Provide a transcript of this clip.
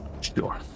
Sure